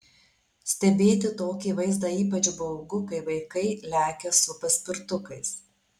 stebėti tokį vaizdą ypač baugu kai vaikai lekia su paspirtukais